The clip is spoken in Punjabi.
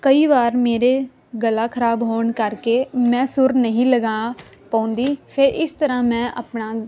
ਕਈ ਵਾਰ ਮੇਰੇ ਗਲਾ ਖਰਾਬ ਹੋਣ ਕਰਕੇ ਮੈਂ ਸੁਰ ਨਹੀਂ ਲਗਾ ਪਾਉਂਦੀ ਫਿਰ ਇਸ ਤਰ੍ਹਾਂ ਮੈਂ ਆਪਣਾ